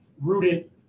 rooted